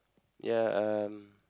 ya um